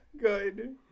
good